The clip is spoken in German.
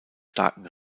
starken